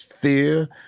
fear